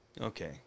okay